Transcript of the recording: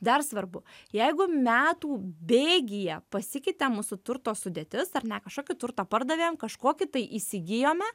dar svarbu jeigu metų bėgyje pasikeitė mūsų turto sudėtis ar ne kažkokį turtą pardavėm kažkokį tai įsigijome